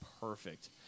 perfect